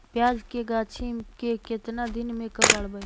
प्याज के गाछि के केतना दिन में कबाड़बै?